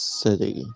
city